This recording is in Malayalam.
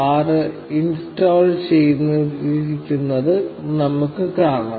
6 ഇൻസ്റ്റാൾ ചെയ്തിരിക്കുന്നത് നമുക്ക് കാണാം